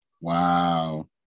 wow